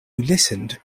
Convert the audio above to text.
listened